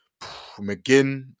McGinn